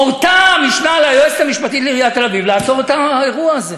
הורתה המשנה ליועצת המשפטית לעיריית תל-אביב לעצור את האירוע הזה.